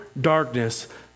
darkness